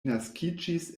naskiĝis